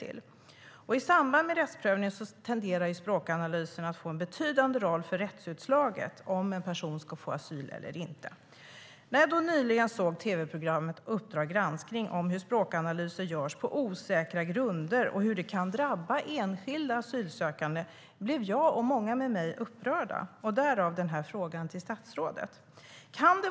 I samband med rättsprövningen tenderar språkanalyserna att få en betydande roll för rättsutslaget, om en person ska beviljas asyl eller inte. om hur språkanalyser görs på osäkra grunder och hur det kan drabba enskilda asylsökande blev jag och många med mig upprörda - därav den här frågan till statsrådet.